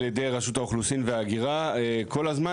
ידי רשות האוכלוסין וההגירה כל הזמן,